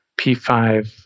P5